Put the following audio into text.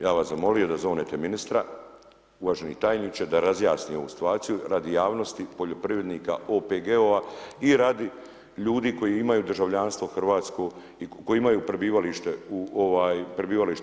Ja bih vas zamolio da zovnete ministra uvaženi tajniče da razjasni ovu situaciju radi javnosti poljoprivrednika OPG-ova i radi ljudi koji imaju državljanstvo hrvatsko i koje imaju prebivalište u RH.